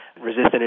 Resistant